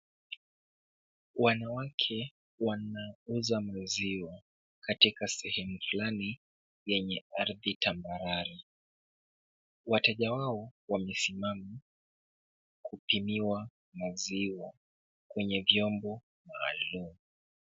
Wanawake wanauza maziwa katika sehemu fulani yenye ardhi tambarare. Wateja wao wamesimama kupimiwa maziwa kwenye kyombo maalum.